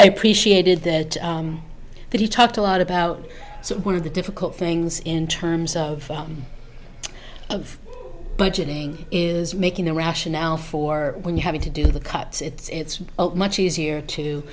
appreciated that that he talked a lot about one of the difficult things in terms of of budgeting is making the rationale for you having to do the cuts it's much easier to